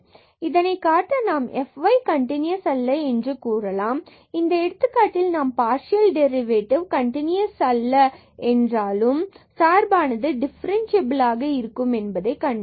இதனை காட்ட நாம் fy கன்டினியூஸ் அல்ல என்று கூறலாம் இந்த எடுத்துக்காட்டில் நாம் பார்சியல் டெரிவேட்டிவ் கண்டினுயஸ் அல்ல ஆனாலும் சார்பானது டிஃபரன்ஸ்சியபிலாக இருக்கும் என்பதைக் கண்டோம்